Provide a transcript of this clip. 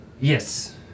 Yes